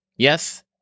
Yes